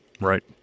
right